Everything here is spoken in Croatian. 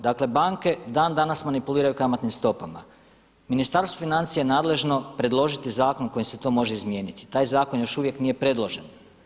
Dakle banke dan danas manipuliraju kamatnim stopama, Ministarstvo financija je nadležno predložiti zakon kojim se to može izmijeniti, taj zakon još uvijek nije predložen.